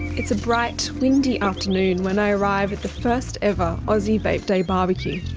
it's a bright, windy afternoon when i arrive at the first ever aussie vape day bbq.